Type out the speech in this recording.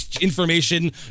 information